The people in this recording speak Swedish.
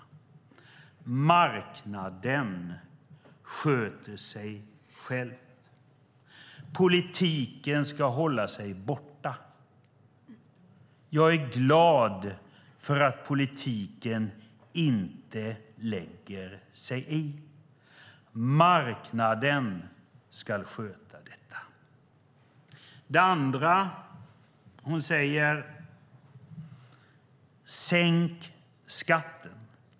Det första hon säger är: Marknaden sköter sig själv. Politiken ska hålla sig borta. Jag är glad för att politiken inte lägger sig i. Marknaden ska sköta detta. Det andra hon säger är: Sänk skatten.